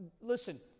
listen